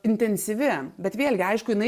intensyvi bet vėlgi aišku jinai